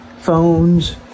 phones